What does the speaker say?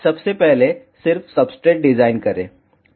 और सबसे पहले सिर्फ सब्सट्रेट डिज़ाइन करें